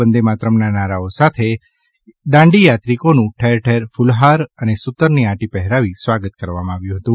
વંદે માતરમના નારાઓ સાથે દાંડીયાત્રિકોનું ઠેર ઠેર કુલહાર સુતરની આંટી પહેરાવી સ્વાગત કરવામાં આવ્યું હતું